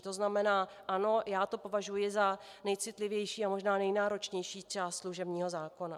To znamená, ano, já to považuji za nejcitlivější a možná nejnáročnější část služebního zákona.